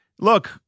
Look